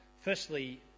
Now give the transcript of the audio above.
Firstly